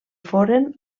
foren